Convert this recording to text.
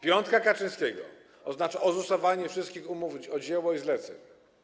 Piątka Kaczyńskiego oznacza ozusowanie wszystkich umów o dzieło i zleceń.